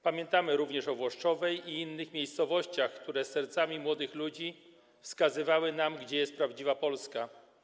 Pamiętamy również o Włoszczowie i innych miejscowościach, które sercami młodych ludzi wskazywały nam, gdzie jest prawdziwa Polska.